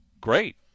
great